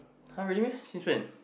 [huh] really meh since when